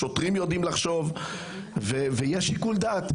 שוטרים יודעים לחשוב ויש שיקול דעת.